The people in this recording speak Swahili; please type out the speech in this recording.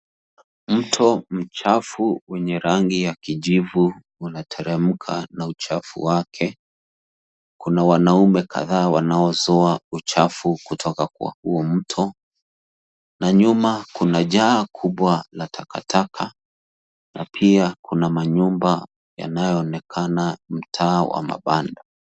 Mto mchafu wenye rangi ya kijivu unateremka na uchafu wake. Kuna wanaume kadhaa wanaozoa uchafu kutoka huo mto. Na nyuma, kuna jaa kubwa la takataka na pia kuna manyumba yanayoonekana mtaa wa mabanda.